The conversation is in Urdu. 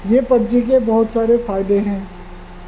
یہ پب جی کے بہت سارے فائدے ہیں